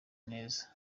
neza